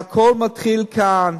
הכול מתחיל כאן.